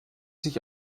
sich